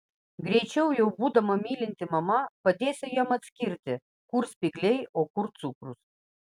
greičiau jau būdama mylinti mama padėsiu jam atskirti kur spygliai o kur cukrus